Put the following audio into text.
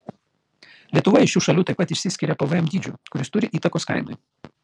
lietuva iš šių šalių taip pat išsiskiria pvm dydžiu kuris turi įtakos kainai